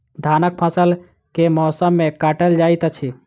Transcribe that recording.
धानक फसल केँ मौसम मे काटल जाइत अछि?